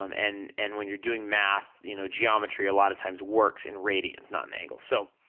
um and and when you're doing math, you know geometry a lot of times works in radians, not in angles, so,